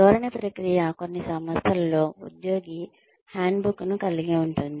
ధోరణి ప్రక్రియ కొన్ని సంస్థలలో ఉద్యోగి హ్యాండ్బుక్ ను కలిగి ఉంటుంది